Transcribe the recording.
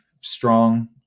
strong